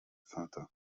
vater